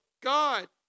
God